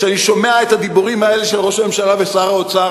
כשאני שומע את הדיבורים האלה של ראש הממשלה ושר האוצר,